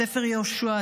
ספר יהושע,